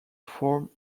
form